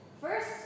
First